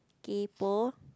kaypoh